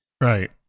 right